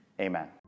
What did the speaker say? Amen